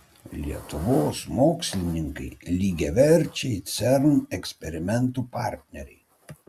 lietuvos mokslininkai lygiaverčiai cern eksperimentų partneriai